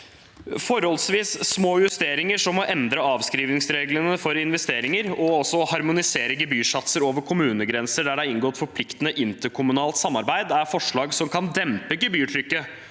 Forholdsvis små justeringer, som å endre avskrivningsreglene for investeringer og også å harmonisere gebyrsatser over kommunegrenser der det er inngått forpliktende interkommunalt samarbeid, er forslag som kan dempe gebyrtrykket